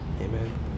Amen